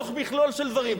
בתוך מכלול של דברים,